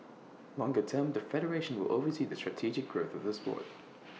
longer term the federation will oversee the strategic growth of the Sport